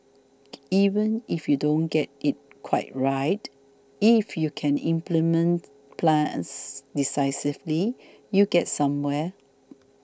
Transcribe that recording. even if you don't get it quite right if you can implement plans decisively you get somewhere